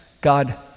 God